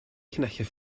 llinellau